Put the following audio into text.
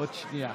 עוד שנייה.